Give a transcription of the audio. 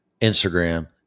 Instagram